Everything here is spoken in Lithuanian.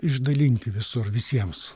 išdalinti visur visiems